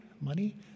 money